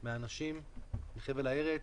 באנשים ובחבל הארץ.